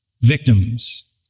victims